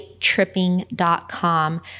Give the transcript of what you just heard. tripping.com